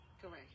Correct